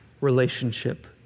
relationship